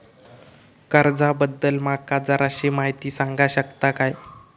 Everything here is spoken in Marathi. कर्जा बद्दल माका जराशी माहिती सांगा शकता काय?